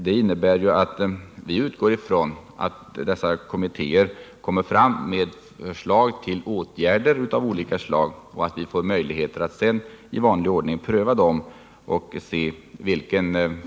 Det är utredningen om övervakningen till havs, den utredning som sker av oljetransporter i skärgården och 1977 års oljeskyddskommitté.